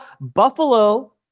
Buffalo